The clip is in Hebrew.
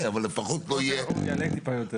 לפחות לא יהיה -- או שיעלה טיפה יותר.